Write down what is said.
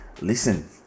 listen